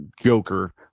Joker